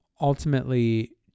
ultimately